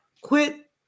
quit